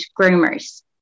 groomers